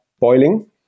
boiling